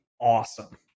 awesome